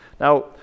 Now